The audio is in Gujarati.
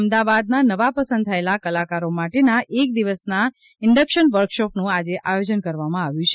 અમદાવાદના નવા પસંદ થયેલા કલાકારો માટેના એક દિવસના ઇન્ડક્શન વર્કશોપનું આજે આયોજન કરવામાં આવ્યું છે